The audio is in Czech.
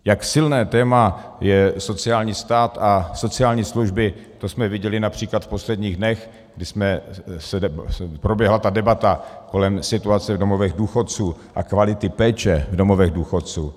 Jak silné téma je sociální stát a sociální služby, to jsme viděli například v posledních dnech, kdy proběhla ta debata kolem situace v domovech důchodců a kvality péče v domovech důchodců.